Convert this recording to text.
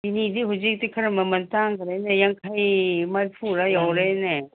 ꯆꯤꯅꯤꯗꯤ ꯍꯧꯖꯤꯛꯇꯤ ꯈꯔ ꯃꯃꯟ ꯇꯥꯡꯈꯔꯦꯅꯦ ꯌꯥꯡꯈꯩ ꯃꯔꯐꯨꯔꯥ ꯌꯧꯔꯦꯅꯦ